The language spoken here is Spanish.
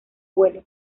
vuelo